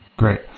great.